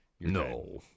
No